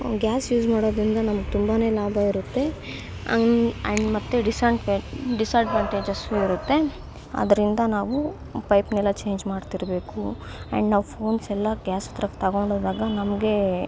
gas use ಮಾಡೋದರಿಂದ ನಮ್ಗೆ ತುಂಬನೇ ಲಾಭ ಇರುತ್ತೆ ಆ್ಯಂಡ್ ಮತ್ತೆ ಡಿಸ್ಅಂಟ್ವೇ ಡಿಸ್ಅಡ್ವಾಂಟೇಜಸ್ಸು ಇರುತ್ತೆ ಅದರಿಂದ ನಾವು ಪೈಪ್ನೆಲ್ಲ ಚೇಂಜ್ ಮಾಡ್ತಿರಬೇಕು ಆ್ಯಂಡ್ ನಾವು ಫೋನ್ಸ್ ಎಲ್ಲ ಗ್ಯಾಸ್ ಹತ್ರಕ್ಕೆ ತಗೊಂಡೋದಾಗ ನಮಗೆ